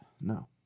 No